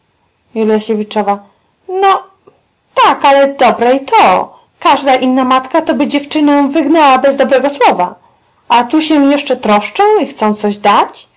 to każda inna matka to by dziewczynę wygnała bez dobrego słowa a tu się jeszcze troszczą i chcą coś dodać